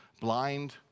blind